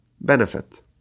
benefit